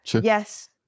yes